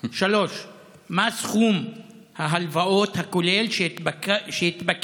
3. מה סכום ההלוואות הכולל שהתבקש